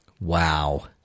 Wow